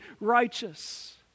righteous